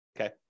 okay